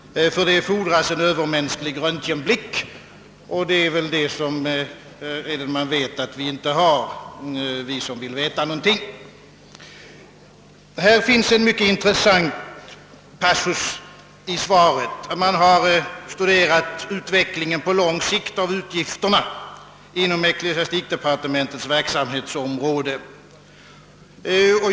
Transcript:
För det fordras en Öövermänsklig röntgenblick, och herr Edenman känner väl till att vi som vill veta någonting inte har någon sådan. Det finns en mycket intressant passus i svaret: Man har studerat utvecklingen på lång sikt av utgifterna inom ecklesiastikdepartementets verksamhetsområde.